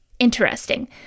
Interesting